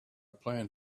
plan